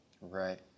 Right